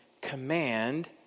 command